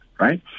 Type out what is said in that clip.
right